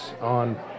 on